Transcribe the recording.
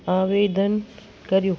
आवेदन कर्यो